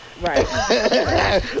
Right